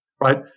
right